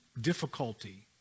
difficulty